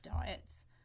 diets